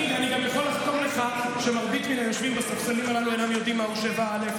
אני גם יכול לחתום לך שמרבית היושבים בספסלים הללו אינם יודעים מהו 7א,